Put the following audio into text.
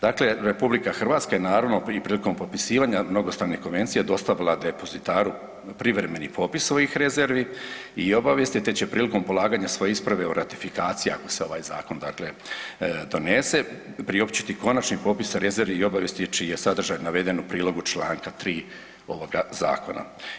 Dakle, RH je naravno i prilikom potpisivanja mnogostrane konvencije dostavila depozitaru privremeni popis ovih rezervi i obavijesti te će prilikom polaganja svoje isprave o ratifikaciji ako se ovaj zakon dakle donese, priopćiti konačni popis rezervi i obavijesti čiji je sadržaj naveden u prilogu Članak 3. ovoga zakona.